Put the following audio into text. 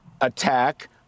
attack